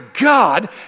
God